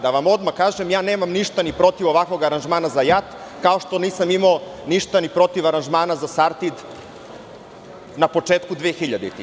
Da vam odmah kažem, nemam ništa protiv ovakvog aranžmana za JAT, kao što nisam imao ništa ni protiv aranžmana za „Sartid“ na početku 2000-ih.